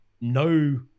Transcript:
no